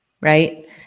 right